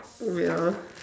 wait ah